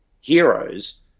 heroes